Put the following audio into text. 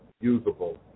usable